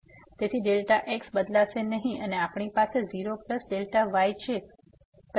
તેથી Δx બદલાશે નહીં અને આપણી પાસે 0Δy છે પછી આપણી પાસે fΔx0 અને Δy દ્વારા ડિવાઈડે છે